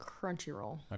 Crunchyroll